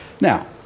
Now